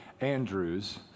Andrews